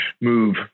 move